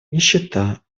нищета